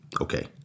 okay